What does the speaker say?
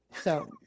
so-